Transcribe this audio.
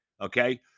okay